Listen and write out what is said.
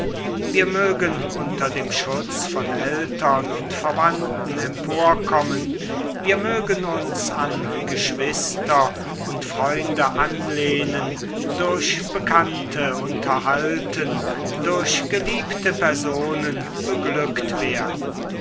wir mögen unter dem schutz von eltern und verwandten emporkommen wir mögen uns an geschwister und freunde anlehnen durch bekannte unterhalten durch geliebte personen beglückt werden